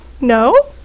No